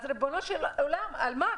אז ריבונו של עולם, על מה?